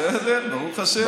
בסדר, ברוך השם.